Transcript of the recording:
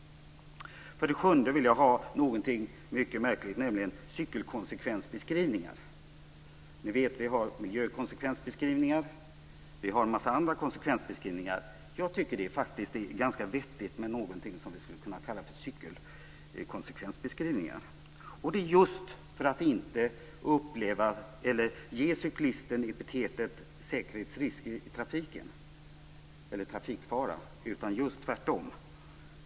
För det sjunde vill jag ha något mycket märkligt, nämligen cykelkonsekvensbeskrivningar. Vi har miljökonsekvensbeskrivningar och en mängd andra konsekvensbeskrivningar. Jag tycker att det är ganska vettigt med någonting som vi skulle kunna kalla för cykelkonsekvensbeskrivningar, detta för att inte ge cyklisten epitetet säkerhetsrisk i trafiken eller trafikfara, utan just tvärtom.